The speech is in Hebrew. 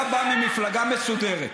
אתה בא ממפלגה מסודרת.